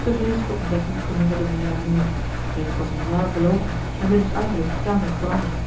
de vrees voor ontdekking verminderde meer en meer reeds was er een jaar verloopen en willems uiterlijk tamelijk veranderd